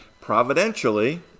providentially